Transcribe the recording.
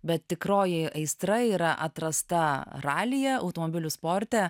bet tikroji aistra yra atrasta ralyje automobilių sporte